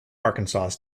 arkansas